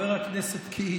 חבר הכנסת קיש,